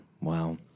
Wow